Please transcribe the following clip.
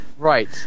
right